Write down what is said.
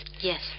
yes